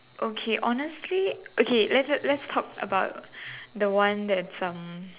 okay honestly okay let's just let's talk about the one that's um